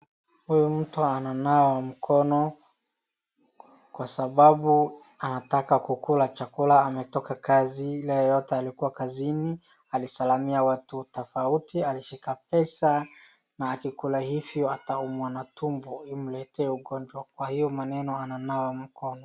Huyu mtu ananawa mkono kwa sababu anataka kukula chakula ametoka kazi leo yote amekuwa kazini, alisalimia watu tofauti, alishika pesa na akikula hivyo ataumwa na tumbo imletee ugonjwa kwa hiyo maneno ananawa mkono